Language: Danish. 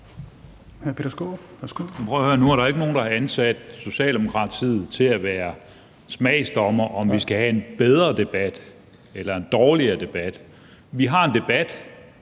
Nu er der jo ikke nogen, der har ansat Socialdemokratiet til at være smagsdommere, i forhold til om vi skal have en bedre debat eller en dårligere debat. Vi har en debat,